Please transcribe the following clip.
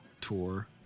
tour